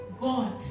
God